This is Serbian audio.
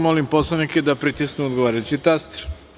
Molim poslanike da pritisnu odgovarajući taster.